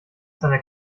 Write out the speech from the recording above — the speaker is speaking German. deiner